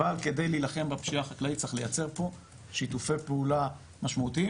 אבל כדי להילחם בפשיעה החקלאית צריך לייצר פה שיתופי פעולה משמעותיים,